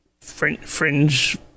Fringe